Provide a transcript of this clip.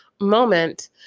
moment